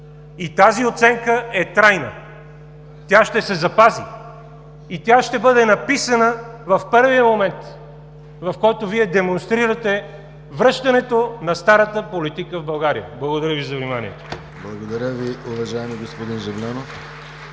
и тази оценка е тайна. Тя ще се запази и тя ще бъде написана в първия момент, в който Вие демонстрирате връщането на старата политика в България. Благодаря Ви за вниманието. (Ръкопляскания от